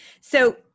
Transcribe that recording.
So-